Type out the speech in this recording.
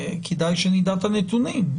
כדאי שנדע את הנתונים.